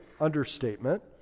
understatement